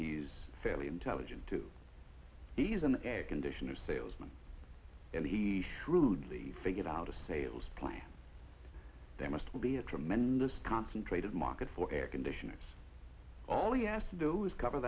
he's fairly intelligent too he's an air conditioner salesman and he rudely figured out a sales plan there must be a tremendous concentrated market for air conditioners all you asked to do is cover